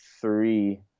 three